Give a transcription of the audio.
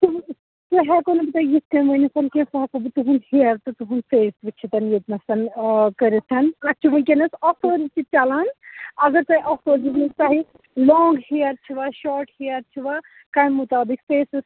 سُہ ہیٚکو نہٕ بہٕ تۄہہِ یِتھٕ کٔنۍ ؤنِتھ کیٚنٛہہ سُہ ہاسا بہٕ تُہُنٛد ہیر تہٕ تُہُنٛد فیس وُچھِتھ ییٚتنَس آ کٔرِتھ اَتھ چھِِ وُنکٮ۪نَس آفٲرٕس تہِ چَلان اگر تۄہہِ آفٲرس میلہِ تۅہہِ لانٛگ ہیَر چھِ یِوان شاٹ ہیَر چھُ یِوان کمہِ مُطابِق فیسَس